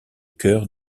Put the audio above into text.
cœur